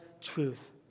truth